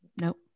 Nope